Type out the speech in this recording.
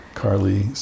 Carly